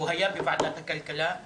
הוא היה בוועדת הכלכלה,